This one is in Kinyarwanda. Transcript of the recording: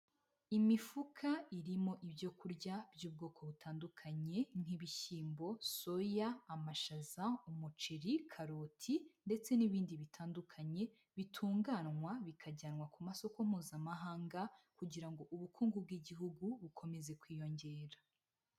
Imifuka irimo ibyo kurya by'ubwoko butandukanye nk'ibishyimbo, soya, amashaza, umuceri, karoti ndetse n'ibindi bitandukanye bitunganywa bikajyanwa ku masoko mpuzamahanga, kugira ngo ubukungu bw'igihugu bukomeze kwiyongera.